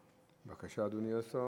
בבקשה, אדוני השר.